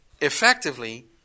effectively